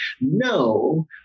No